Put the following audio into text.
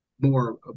more